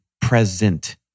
present